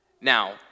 Now